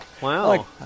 Wow